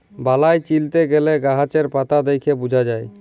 বালাই চিলতে গ্যালে গাহাচের পাতা দ্যাইখে বুঝা যায়